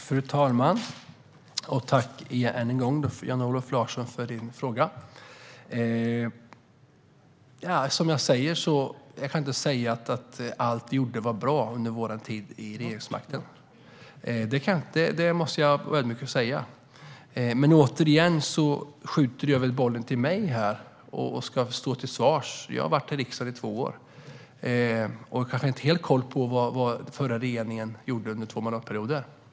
Fru talman! Jag tackar Jan-Olof Larsson än en gång för hans fråga. Precis som jag har sagt kan jag inte säga att allt som vi gjorde under vår tid i regeringen var bra. Det måste jag vara ödmjuk och säga. Men återigen skjuter du över bollen till mig, och jag ska stå till svars för detta. Jag har suttit i riksdagen i två år och har kanske inte helt koll på vad den förra regeringen gjorde under två mandatperioder.